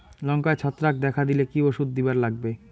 লঙ্কায় ছত্রাক দেখা দিলে কি ওষুধ দিবার লাগবে?